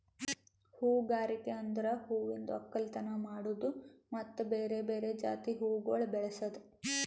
ಹೂಗಾರಿಕೆ ಅಂದುರ್ ಹೂವಿಂದ್ ಒಕ್ಕಲತನ ಮಾಡದ್ದು ಮತ್ತ ಬೇರೆ ಬೇರೆ ಜಾತಿ ಹೂವುಗೊಳ್ ಬೆಳಸದ್